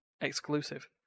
exclusive